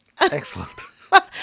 Excellent